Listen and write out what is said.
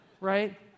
Right